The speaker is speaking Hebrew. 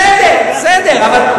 בסדר, בסדר.